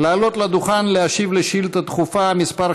לעלות לדוכן להשיב על שאילתה דחופה מס'